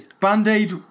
Band-Aid